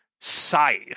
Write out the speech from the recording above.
scythe